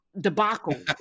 debacle